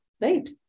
right